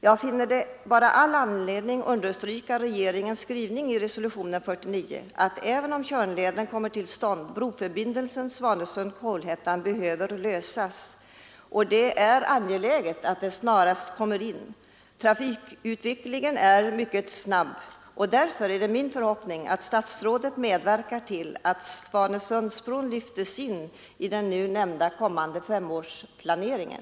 Jag finner all anledning att understryka regeringens skrivning i resolutionen år 1949, att även om Tjörnleden kommer till stånd frågan om broförbindelse Svanesund—Kolhättan behöver lösas. Och det är angeläget att man får denna förbindelse snarast. Trafikutvecklingen är mycket snabb, och därför är det min förhoppning att statsrådet medverkar till att Svanesundsbron lyftes in i den kommande femårsplaneringen.